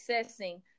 assessing